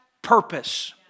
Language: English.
Purpose